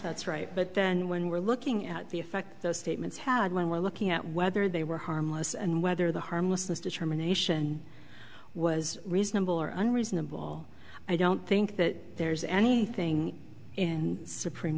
that's right but then when we're looking at the effect those statements had when we're looking at whether they were harmless and whether the harmlessness determination was reasonable or unreasonable i don't think that there's anything in supreme